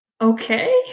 okay